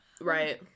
right